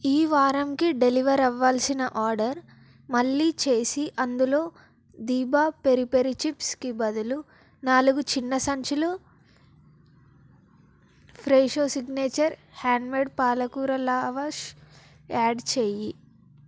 ఈ వారంకి డెలివర్ అవ్వాల్సిన ఆర్డర్ మళ్ళీ చేసి అందులో దిభా పెరి పెరి చిప్స్కి బదులు నాలుగు చిన్న సంచులు ఫ్రెషో సిగ్నేచర్ హ్యాండ్ మేడ్ పాలకూర లావాష్ యాడ్ చేయి